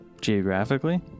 geographically